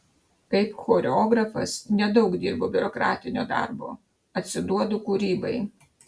kaip choreografas nedaug dirbu biurokratinio darbo atsiduodu kūrybai